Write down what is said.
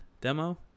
demo